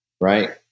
right